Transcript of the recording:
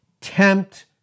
tempt